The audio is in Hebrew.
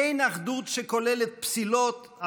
אין אחדות שכוללת פסילות,